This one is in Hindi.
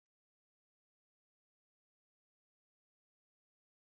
क्रेडिट कार्ड कैसे बनता है?